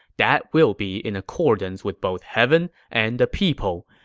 that will be in accordance with both heaven and the people,